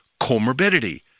comorbidity